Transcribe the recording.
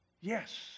Yes